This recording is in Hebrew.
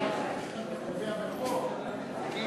יש בעיה אחת: אם